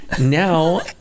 now